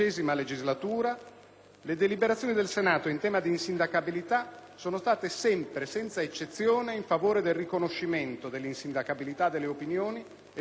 le deliberazioni del Senato in tema di insindacabilità sono state sempre, senza eccezioni, in favore del riconoscimento dell'insindacabilità delle opinioni espresse dal parlamentare.